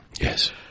Yes